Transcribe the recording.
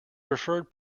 preferred